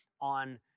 on